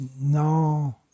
no